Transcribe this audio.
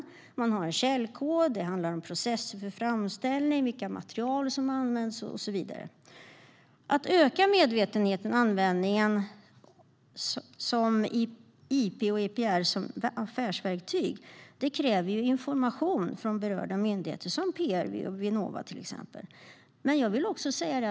Det kan vara fråga om en källkod, processer för framställning, vilka material som används och så vidare. Att öka medvetenheten och användningen av IP och IPR som affärsverktyg kräver information från berörda myndigheter, till exempel PRV och Vinnova.